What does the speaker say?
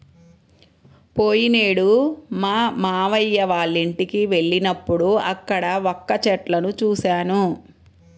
పోయినేడు మా మావయ్య వాళ్ళింటికి వెళ్ళినప్పుడు అక్కడ వక్క చెట్లను చూశాను